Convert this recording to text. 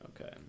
Okay